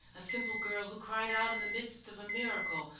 a simple girl who cried out in the midst of a miracle,